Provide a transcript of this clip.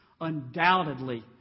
undoubtedly